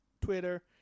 Twitter